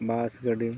ᱵᱟᱥ ᱜᱟᱹᱰᱤ